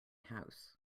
house